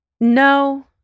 No